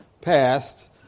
passed